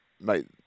mate